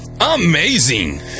Amazing